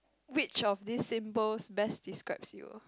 which of these symbols best describes you